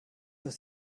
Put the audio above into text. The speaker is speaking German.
aus